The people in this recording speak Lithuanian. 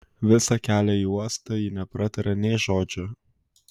visą kelią į uostą ji nepratarė nė žodžio